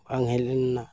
ᱵᱟᱝ ᱦᱮᱡ ᱞᱮᱱᱟ